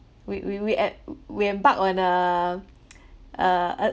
we we we em~ we embark on a uh uh